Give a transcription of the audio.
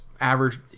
average